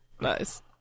Nice